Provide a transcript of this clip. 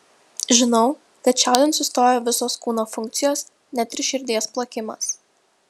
žinau kad čiaudint sustoja visos kūno funkcijos net ir širdies plakimas